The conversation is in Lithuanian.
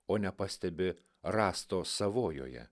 o nepastebi rąsto savojoje